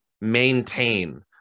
maintain